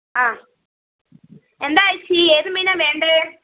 ആ എന്താണ് ഏച്ചി ഏത് മീനാണ് വേണ്ടത്